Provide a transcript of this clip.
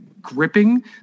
gripping